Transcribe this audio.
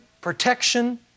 protection